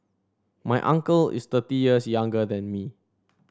my uncle is thirty years younger than me